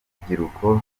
urubyiruko